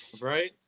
Right